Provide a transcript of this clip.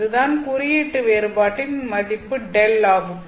இது தான் குறியீட்டு வேறுபாட்டின் மதிப்பு Δ ஆகும்